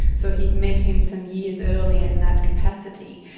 so he'd met him some years earlier in that capacity.